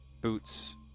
boots